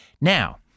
Now